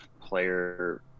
player